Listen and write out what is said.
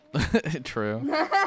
True